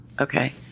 Okay